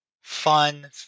fun